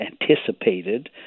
anticipated